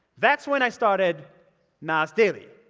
that's when i started nas daily.